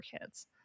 kids